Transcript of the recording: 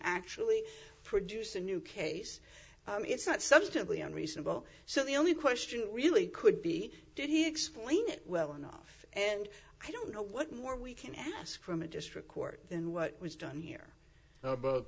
actually produce a new case it's not substantively unreasonable so the only question really could be did he explain it well enough and i don't know what more we can ask from a district court than what was done here about